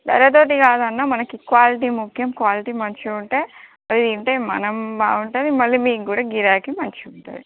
ధరతోటి కాదన్నా మనకి క్వాలిటీ ముఖ్యం క్వాలిటీ మంచిగా ఉంటే అదుంటే మనం బాగుంటుంది మీకు కూడా గిరాకీ మంచిగా ఉంటుంది